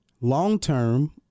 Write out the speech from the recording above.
Long-term